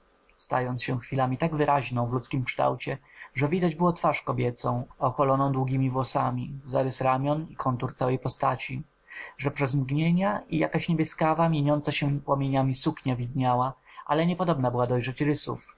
stając się chwilami tak wyraźną w ludzkim kształcie że widać było twarz kobiecą okoloną długiemi włosami zarysy ramion i kontur całej postaci a przez mgnienia i jakaś niebieskawa mieniąca się płomieniami suknia widniała ale niepodobna było dojrzeć rysów